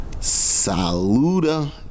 Saluda